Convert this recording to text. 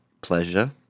Pleasure